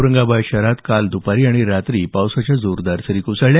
औरंगाबाद शहरात काल द्पारच्या सुमारास पावसाच्या जोरदार सरी कोसळल्या